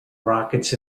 rockets